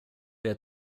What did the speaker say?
der